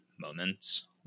moments